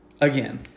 Again